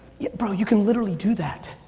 bro, you can literally do that.